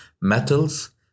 metals